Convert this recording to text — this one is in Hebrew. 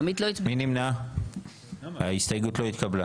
7 נמנעים, אין לא אושר.